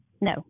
No